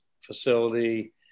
facility